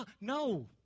No